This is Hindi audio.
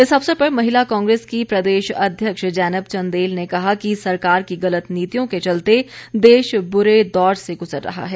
इस अवसर पर महिला कांग्रेस की प्रदेश अध्यक्ष जैनब चंदेल ने कहा कि सरकार की गलत नीतियों के चलते देश बुरे दौर से गुजर रहा है